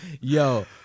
Yo